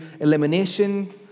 elimination